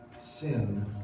Sin